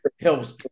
helps